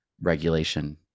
regulation